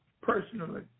personally